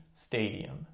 Stadium